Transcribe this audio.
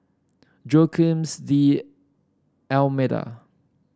Joaquim D'Almeida